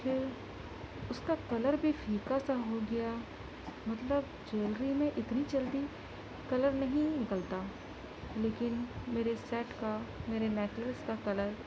پھر اس کا کلر بھی پھیکا سا ہو گیا مطلب جویلری میں اتنی جلدی کلر نہیں نکلتا لیکن میرے سیٹ کا میرے نیکلس کا کلر